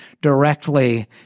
directly